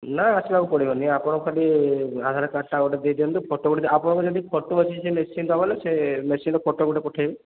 ନା ଆସିବାକୁ ପଡ଼ିବନି ଆପଣ ଖାଲି ଆଧାର କାର୍ଡ଼ଟା ଗୋଟେ ଦେଇଦିଅନ୍ତୁ ଫଟୋ ଗୁଟେ ଆପଣଙ୍କ ଯଦି ଫଟୋ ଅଛି ସେ ମେସିନ୍ର ବଲେ ସେ ମେସିନ୍ର ଫଟୋ ଗୋଟେ ପଠେଇବେ